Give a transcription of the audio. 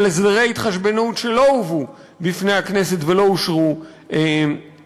הסדרי התחשבנות שלא הובאו בפני הכנסת ולא אושרו על-ידה.